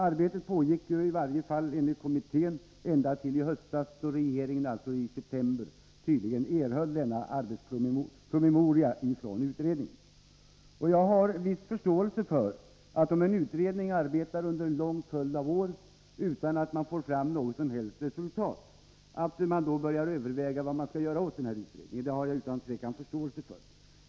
Arbetet pågick, i varje fall enligt kommittén, ända till i höstas, då regeringen i september tydligen erhöll denna arbetspromemoria från utredningen. Om en utredning arbetar under en lång följd av år utan att den får fram något som helst resultat har jag utan tvivel förståelse för att regeringen börjar överväga vad den skall göra åt denna utredning.